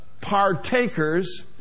partakers